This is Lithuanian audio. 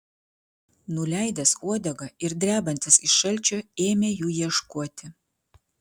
nuleidęs uodegą ir drebantis iš šalčio ėmė jų ieškoti